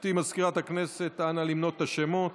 גברתי מזכירת הכנסת, נא למנות את השמות.